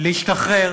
להשתחרר